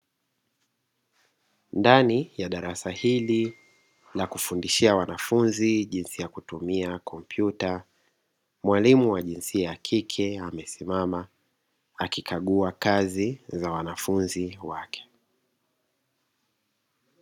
Ndani ya darasa hili la kufundishia wanafunzi jinsi ya kutumia kompyuta, mwalimu wa jinsia ya kike amesimama akikagua kazi za wanafunzi wake.